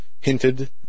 hinted